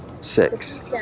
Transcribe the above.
Six